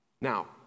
Now